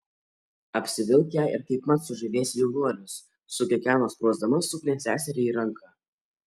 apsivilk ją ir kaipmat sužavėsi jaunuolius sukikeno sprausdama suknią seseriai į ranką